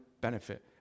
benefit